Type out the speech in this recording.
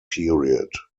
period